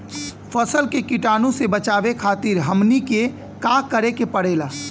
फसल के कीटाणु से बचावे खातिर हमनी के का करे के पड़ेला?